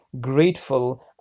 grateful